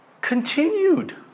continued